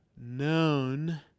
known